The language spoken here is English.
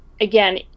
again